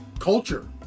culture